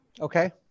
Okay